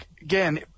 again